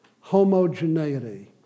homogeneity